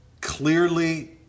clearly